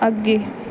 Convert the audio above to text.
ਅੱਗੇ